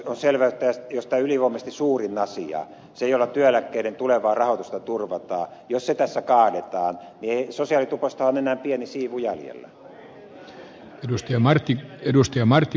on selvää että jos tämä ylivoimaisesti suurin asia se jolla työeläkkeiden tulevaa rahoitusta turvataan tässä kaadetaan niin sosiaalitupostahan on enää pieni siivu jäljellä